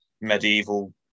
medieval